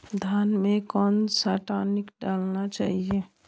धान में कौन सा टॉनिक डालना चाहिए?